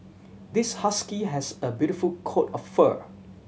this husky has a beautiful coat of fur